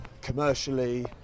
commercially